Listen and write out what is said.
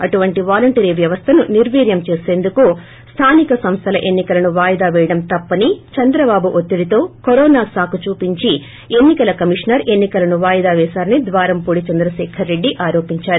అటువంటి వాలంటరీ వ్యవస్థను నిర్వీర్యం చేసేందుకు స్థానిక సంస్థల ఎన్ని కలను వాయిదా పేయడం తప్పని చంద్రబాబు ఒత్తిడితో కరోనా సాకు చూపించి ఎన్ని కల కమిషనర్ ఎన్ని కలను వాయిదా పేశారని ద్వారంపుడి చంద్రకేఖర్రెడ్డి ఆరోపించారు